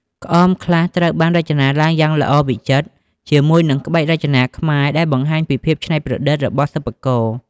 ក្អមខ្លះត្រូវបានរចនាឡើងយ៉ាងល្អវិចិត្រ ជាមួយនឹងក្បាច់រចនាខ្មែរដែលបង្ហាញពីភាពច្នៃប្រឌិតរបស់សិប្បករ។